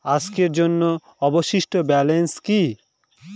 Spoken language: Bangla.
আজকের জন্য অবশিষ্ট ব্যালেন্স কি?